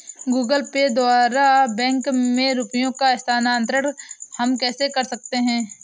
Google Pay द्वारा bank में रुपयों का स्थानांतरण हम कैसे कर सकते हैं?